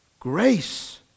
grace